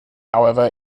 however